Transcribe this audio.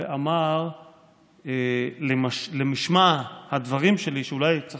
ואמר למשמע הדברים שלי שאולי צריך